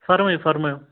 فرمٲیِو فرمٲیِو